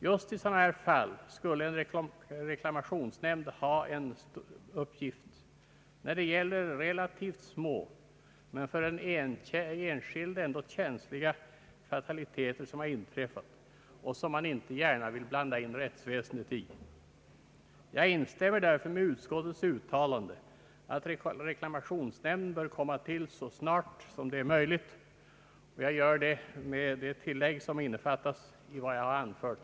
Just i dessa fall skulle en reklamationsnämnd ha en stor uppgift, alltså när det gäller relativt små men för den enskilde ändå känsliga fataliteter, som har inträffat, men som han inte gärna vill blanda in rättsväsendet i. Jag instämmer därför med utskottets uttalande att en reklamationsnämnd bör komma till så snart som möjligt, och jag gör det med det tillägg som återfinns i vad jag nu har anfört.